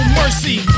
mercy